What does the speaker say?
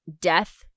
death